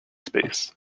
space